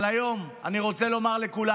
אבל היום אני רוצה לומר לכולם: